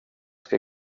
ska